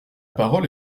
parole